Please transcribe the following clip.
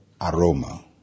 aroma